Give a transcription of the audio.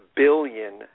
Billion